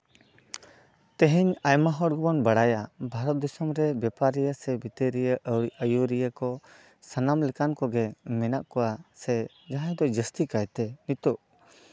ᱛᱮᱦᱮᱧ ᱟᱭᱢᱟ ᱦᱚᱲ ᱜᱮᱵᱚᱱ ᱵᱟᱲᱟᱭᱟ ᱵᱷᱟᱨᱚᱛ ᱫᱤᱥᱚᱢᱨᱮ ᱵᱮᱯᱟᱨᱤᱭᱟᱹ ᱥᱮ ᱵᱤᱛᱟᱹᱨᱤᱭᱟᱹ ᱟᱭᱩᱨᱤᱭᱟᱹ ᱠᱚ ᱥᱟᱱᱟᱢ ᱞᱮᱠᱟᱱ ᱠᱚᱜᱮ ᱢᱮᱱᱟᱜ ᱠᱚᱣᱟ ᱥᱮ ᱡᱟᱦᱟᱸ ᱫᱚ ᱡᱟᱹᱥᱛᱤ ᱠᱟᱭᱛᱮ ᱱᱤᱛᱚᱜ